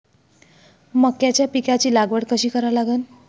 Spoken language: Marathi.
मक्याच्या पिकाची लागवड कशी करा लागन?